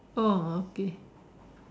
oh okay